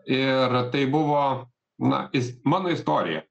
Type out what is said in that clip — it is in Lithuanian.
ir tai buvo na is mano istorija